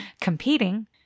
competing